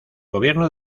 gobierno